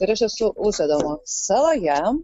ir aš esu usadavo saloje